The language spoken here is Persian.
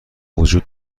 وجود